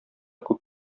күп